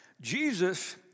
Jesus